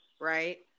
right